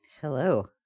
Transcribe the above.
Hello